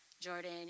Jordan